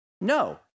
No